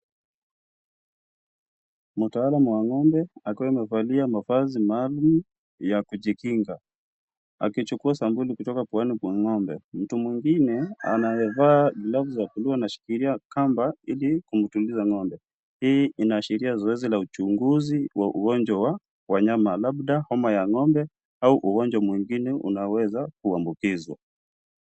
Mtaalam wa ng'ombe akiwa amevalia mavazi maalum ya kujikinga akichukua sampuli kutoka puani pa ng'ombe. Mtu mwengine anaye vaa glavu za buluu anashikilia kamba ili kumtuliza ng'ombe. Hii inaashiria zoezi la uchunguzi wa ugonjwa wa wanyama, labda homa ya ng'ombe au ugonjwa mwengine unaoweza kuambukizwa.